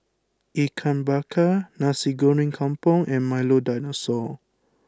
Ikan Bakar Nasi Goreng Kampung and Milo Dinosaur